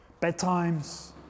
bedtimes